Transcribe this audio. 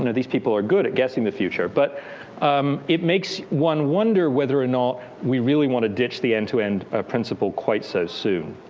and these people are good at guessing the future. but it makes one wonder whether or not we really want to ditch the end-to-end principal quite so soon.